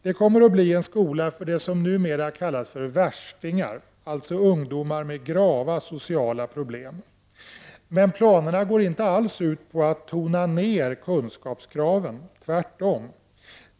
Det kommer att bli en skola för dem som numera kallas värstingar, dvs. ungdomar med grava sociala problem. Men planerna går inte alls ut på att tona ned kunskapskraven — tvärtom.